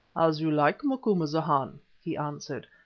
as you like, macumazahn, he answered,